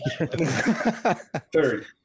Third